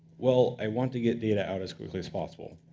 well, i want to get data out as quickly as possible.